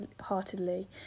heartedly